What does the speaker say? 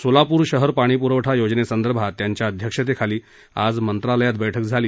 सोलापूर शहर पाणीपुरवठा योजनेसंदर्भात त्यांच्या अध्यक्षतेखाली आज मंत्रालयात बैठक झाली